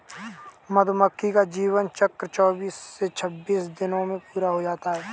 मधुमक्खी का जीवन चक्र चौबीस से छब्बीस दिनों में पूरा होता है